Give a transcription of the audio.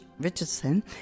Richardson